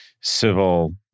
civil